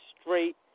straight